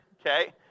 okay